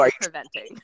preventing